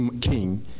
king